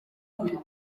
cymru